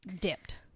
dipped